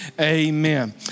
amen